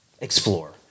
explore